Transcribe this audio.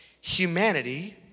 humanity